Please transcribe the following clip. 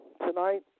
tonight